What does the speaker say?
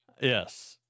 Yes